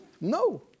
no